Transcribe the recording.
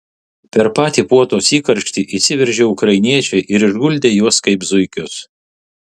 per patį puotos įkarštį įsiveržė ukrainiečiai ir išguldė juos kaip zuikius